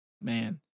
man